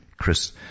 Chris